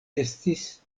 estis